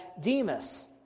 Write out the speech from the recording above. Demas